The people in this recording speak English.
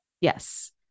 Yes